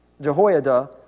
Jehoiada